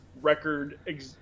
record